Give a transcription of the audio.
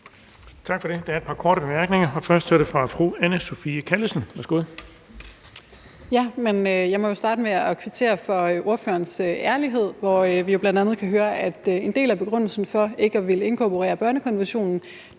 Tak for det. Der er et par korte bemærkninger, og den første er fra fru Anne Sophie Callesen. Kl. 21:16 Anne Sophie Callesen (RV): Jeg må jo starte med at kvittere for ordførerens ærlighed, og vi kan bl.a. høre, at en del af begrundelsen for ikke at ville inkorporere børnekonventionen